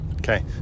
Okay